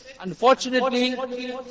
Unfortunately